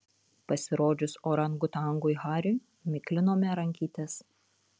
pasirodžius orangutangui hariui miklinome rankytes